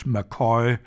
McCoy